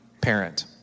parent